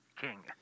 King